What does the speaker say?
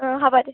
অঁ হ'ব দে